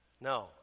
No